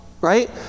right